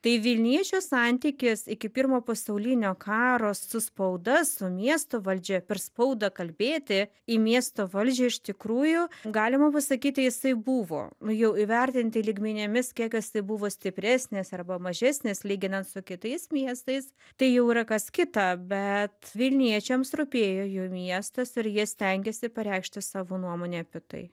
tai vilniečio santykis iki pirmo pasaulinio karo su spauda su miesto valdžia per spaudą kalbėti į miesto valdžią iš tikrųjų galima pasakyti jisai buvo nu jau įvertinti lygmenimis kiek jisai buvo stipresnis arba mažesnis lyginant su kitais miestais tai jau yra kas kita bet vilniečiams rūpėjo jų miestas ir jie stengėsi pareikšti savo nuomonę apie tai